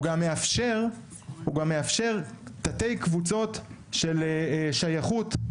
הוא גם מאפשר תתי קבוצות של שייכות,